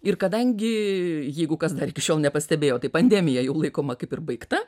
ir kadangi jeigu kas dar iki šiol nepastebėjo tai pandemija jau laikoma kaip ir baigta